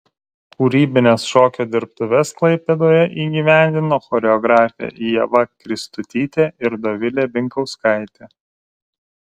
kūrybines šokio dirbtuves klaipėdoje įgyvendino choreografė ieva kristutytė ir dovilė binkauskaitė